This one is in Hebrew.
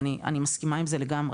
ואני מסכימה עם זה לגמרי,